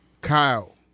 Kyle